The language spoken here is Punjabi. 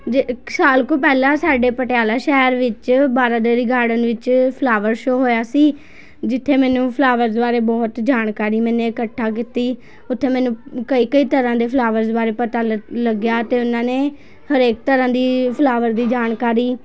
ਜੇ ਸਾਲ ਕੁ ਪਹਿਲਾਂ ਸਾਡੇ ਪਟਿਆਲਾ ਸ਼ਹਿਰ ਵਿੱਚ ਬਾਰਾਡਰੀ ਗਾਰਡਨ ਵਿੱਚ ਫਲਾਵਰ ਸ਼ੋਅ ਹੋਇਆ ਸੀ ਜਿੱਥੇ ਮੈਨੂੰ ਫਲਾਵਰਸ ਬਾਰੇ ਬਹੁਤ ਜਾਣਕਾਰੀ ਮੇਨੇ ਇਕੱਠਾ ਕੀਤੀ ਉੱਥੇ ਮੈਨੂੰ ਕਈ ਕਈ ਤਰ੍ਹਾਂ ਦੇ ਫਲਾਵਰਸ ਬਾਰੇ ਪਤਾ ਲ ਲੱਗਿਆ ਅਤੇ ਉਨ੍ਹਾਂ ਨੇ ਹਰੇਕ ਤਰ੍ਹਾਂ ਦੀ ਫਲਾਵਰ ਦੀ ਜਾਣਕਾਰੀ